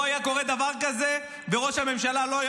לא היה קורה דבר כזה וראש הממשלה לא היה